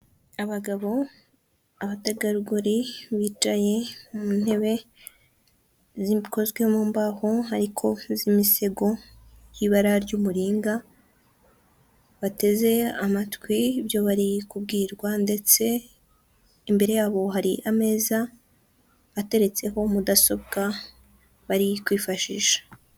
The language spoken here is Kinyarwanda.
Abagabo, abategarugori, bicaye mu ntebe zikozwe mu mbaho, ariko z'imisego y'ibara ry'umuringa, bateze amatwi ibyo bari kubwirwa, ndetse imbere yabo hari ameza ateretseho mudasobwa bari kwifashisha.